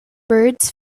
birds